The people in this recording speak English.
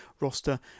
roster